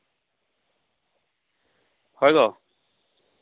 hello